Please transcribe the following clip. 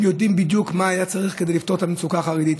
הם יודעים בדיוק מה היה צריך כדי לפתור את המצוקה של החרדים.